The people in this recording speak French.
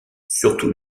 surtout